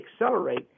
accelerate